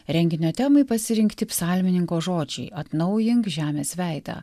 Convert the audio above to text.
renginio temai pasirinkti psalmininko žodžiai atnaujink žemės veidą